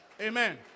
Amen